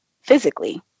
physically